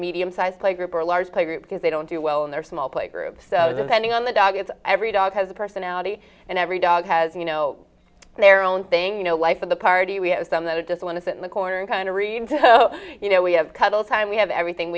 medium sized playgroup or a large playgroup because they don't do well in their small playgroup pending on the dog it's every dog has a personality and every dog has you know their own thing you know life of the party we have some that are just want to sit in the corner and kind of you know we have cuddle time we have everything